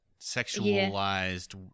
sexualized